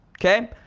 Okay